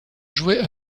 jouait